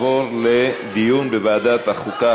לוועדת החוקה,